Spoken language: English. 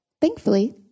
Thankfully